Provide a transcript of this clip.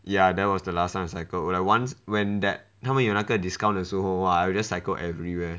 ya that was the last time I cycled once when that 他们有那个 discount 的时候 !wah! I'll just cycle everywhere